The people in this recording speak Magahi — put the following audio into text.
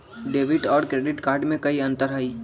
डेबिट और क्रेडिट कार्ड में कई अंतर हई?